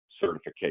certification